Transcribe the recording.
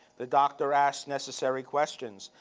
the doctor asked necessary questions,